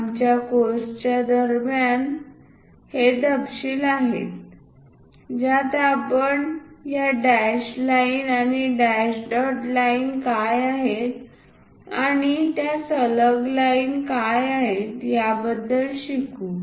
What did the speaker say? आमच्या कोर्सच्या दरम्यानचे हे तपशील आहेत ज्यात आपण या डॅश लाइन आणि डॅश डॉट लाइन काय आहेत आणि या सलग लाइन काय आहेत याबद्दल शिकू